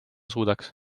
suudaks